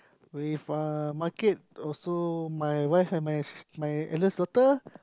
with a market also my wife and my my eldest daughter